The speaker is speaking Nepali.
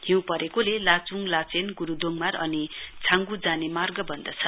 हिउँ परेकोले लाच्ङलाचेन गुरुदोङमार अनि छांगु जाने मार्ग बन्द छन्